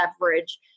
leverage